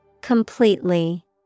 Completely